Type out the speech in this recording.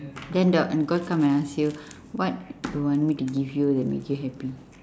then the god come and ask you what you want me to give you that makes you happy